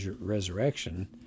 resurrection